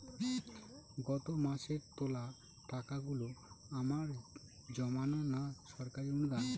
গত মাসের তোলা টাকাগুলো আমার জমানো না সরকারি অনুদান?